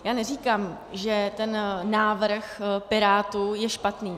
Já neříkám, že ten návrh Pirátů je špatný.